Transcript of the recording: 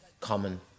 Common